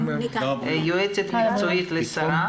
יועצת מקצועית לשרה.